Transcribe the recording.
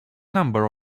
number